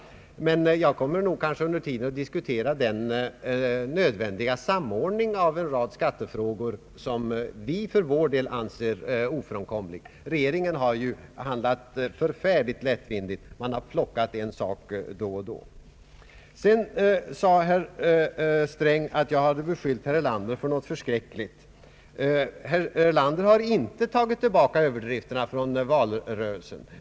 Men jag kommer nog under tiden att diskutera den nödvändiga samordningen av en rad skattefrågor som vi för vår del anser ofrånkomliga. Regeringen har ju handlat förfärligt lättvindigt; man har plockat en sak nu och en då. Herr Sträng sade att jag hade beskyllt herr Erlander för något förskräckligt. Herr Erlander har inte tagit tillbaka överdrifterna från valrörelsen.